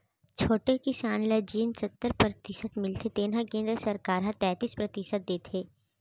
छोटे किसान ल जेन सत्तर परतिसत मिलथे तेन म केंद्र सरकार ह तैतीस परतिसत देथे